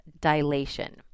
dilation